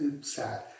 sad